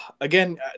again